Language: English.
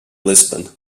lisbon